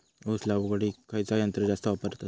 ऊस लावडीक खयचा यंत्र जास्त वापरतत?